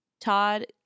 Todd